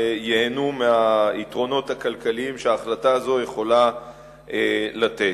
ייהנו מהיתרונות הכלכליים שההחלטה הזאת יכולה לתת.